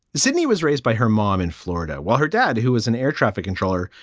sidney was raised by her mom in florida while her dad, who was an air traffic controller,